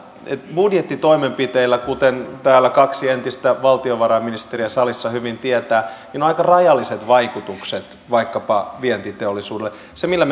budjettitoimenpiteillä kuten täällä kaksi entistä valtiovarainministeriä salissa hyvin tietävät on aika rajalliset vaikutukset vaikkapa vientiteollisuuteen se millä